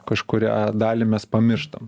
kažkurią dalį mes pamirštam